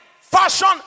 fashion